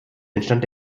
entstand